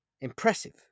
Impressive